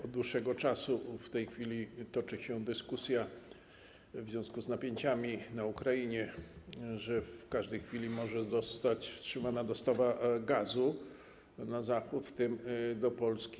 Od dłuższego czasu, w tej chwili toczy się dyskusja w związku z napięciami na Ukrainie, że w każdej chwili może zostać wstrzymana dostawa gazu na Zachód, w tym do Polski.